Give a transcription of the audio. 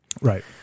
Right